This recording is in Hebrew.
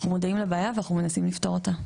אנחנו מודעים לבעיה ואנחנו מנסים לפתור אותה.